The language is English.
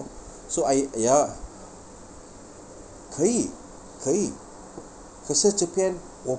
so I ya 可以可以可是这边我